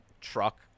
truck